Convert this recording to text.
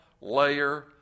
layer